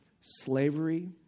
slavery